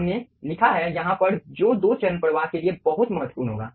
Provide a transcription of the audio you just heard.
हमने लिखा है यहाँ पर जो दो चरण प्रवाह के लिए बहुत महत्वपूर्ण होगा